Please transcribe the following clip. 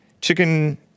chicken